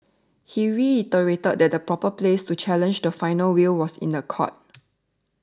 he reiterated that the proper place to challenge the final will was in the court